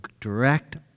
direct